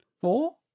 four